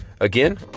Again